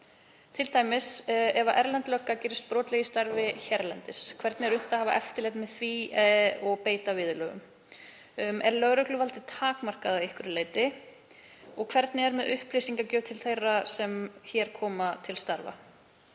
nákvæmlega. Ef erlend lögga gerist t.d. brotleg í starfi hérlendis, hvernig er unnt að hafa eftirlit með því og beita viðurlögum? Er lögregluvaldið takmarkað að einhverju leyti? Hvernig er með upplýsingagjöf til þeirra sem hér koma til starfa?